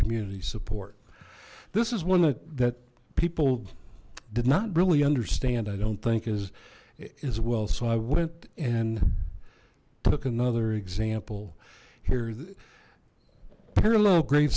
community support this is one that that people did not really understand i don't think as as well so i went and took another example here the parallel gr